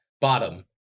Bottom